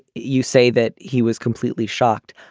you say that he was completely shocked.